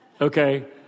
Okay